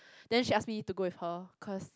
then she ask me to go with her cause